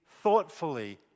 thoughtfully